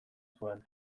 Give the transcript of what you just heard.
zuen